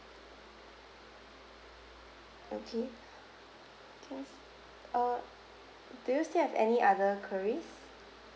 okay uh do you still have any other queries